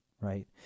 right